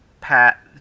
Pat